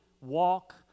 walk